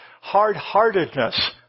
Hard-heartedness